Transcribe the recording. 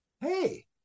Hey